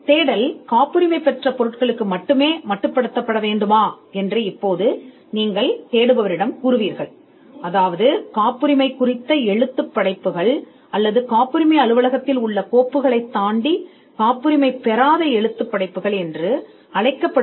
தேடல் காப்புரிமையான பொருட்களுக்கு மட்டுமே இருக்க வேண்டுமா என்று இப்போது நீங்கள் தேடுபவரிடம் கூறுவீர்கள் அதாவது காப்புரிமை இலக்கியம் அல்லது அது காப்புரிமை அலுவலகத்தின் கோப்புகளுக்கு அப்பால் செல்ல முடியுமா இது காப்புரிமை இல்லாத இலக்கியத் தேடல் என்று அழைக்கிறோம்